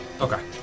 Okay